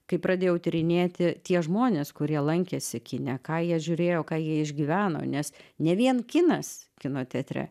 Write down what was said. kai pradėjau tyrinėti tie žmonės kurie lankėsi kine ką jie žiūrėjo ką jie išgyveno nes ne vien kinas kino teatre